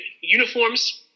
uniforms